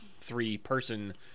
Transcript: three-person